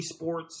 eSports